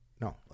No